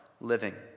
living